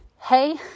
Hey